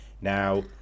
now